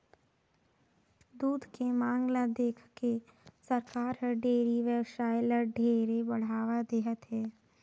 दूद के मांग ल देखके सरकार हर डेयरी बेवसाय ल ढेरे बढ़ावा देहत हे